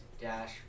dash